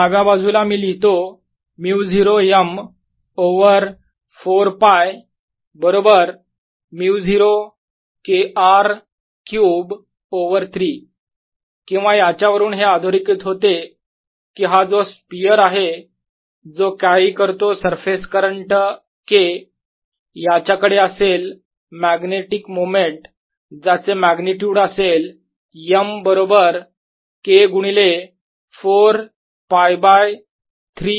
डाव्या बाजूला मी लिहितो μ0 m ओवर 4π बरोबर μ0 K R क्यूब ओवर 3 किंवा याच्यावरून हे अधोरेखित होते की हा जो स्पियर आहे जो कॅरी करतो सरफेस करंट K याच्या कडे असेल मॅग्नेटिक मोमेंट ज्याचे मॅग्निट्युड असेल m बरोबर K गुणिले 4 π बाय 3 R क्यूब